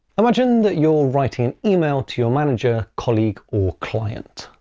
imagine that you're writing an email to your manager, colleague, or client.